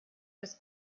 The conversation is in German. das